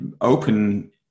open